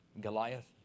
Goliath